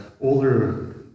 older